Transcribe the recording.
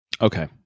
Okay